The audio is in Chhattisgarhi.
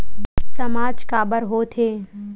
सामाज काबर हो थे?